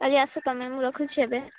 କାଲି ଆସ ତୁମେ ମୁଁ ରଖୁଛି ଏବେ